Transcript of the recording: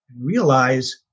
realize